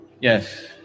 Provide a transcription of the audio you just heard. Yes